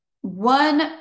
One